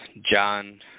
John